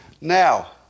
now